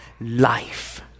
life